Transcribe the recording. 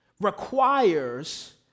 requires